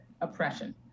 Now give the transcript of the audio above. oppression